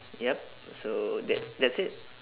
yup so that's that's it